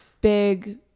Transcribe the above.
big